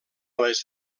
les